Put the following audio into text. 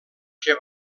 que